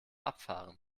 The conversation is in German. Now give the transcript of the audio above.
abfahren